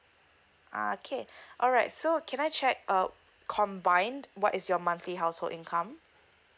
ah okay alright so can I check uh combined what is your monthly household income